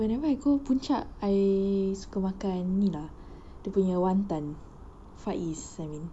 whenever I go puncak I suka makan ini lah dia punya wanton far east I mean